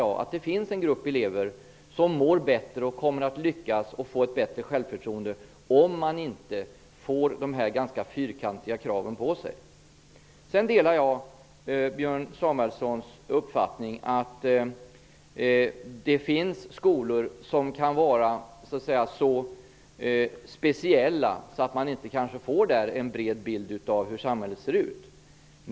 Jag menar att det finns en grupp elever som kommer att må och lyckas bättre och få ett bättre självförtroende om de slipper de här ganska fyrkantiga kraven. Jag delar Björn Samuelsons uppfattning att det finns skolor som så att säga kan vara så speciella att man där inte får en bred bild av hur samhället ser ut.